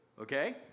Okay